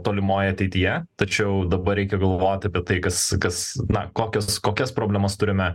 tolimoj ateityje tačiau dabar reikia galvoti apie tai kas kas na kokios kokias problemas turime